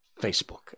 Facebook